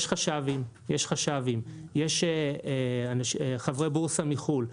יש חש"בים, יש חברי בורסה מחו"ל.